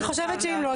אני חושבת שאם לא,